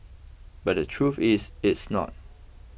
but the truth is it's not